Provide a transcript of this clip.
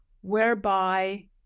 whereby